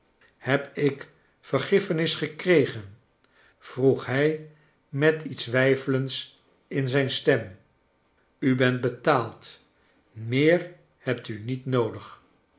heb ik vergiffenis gekregen vroeg hij met iets weifelends in zijn stem u bent betaald meer hebt u niet noodig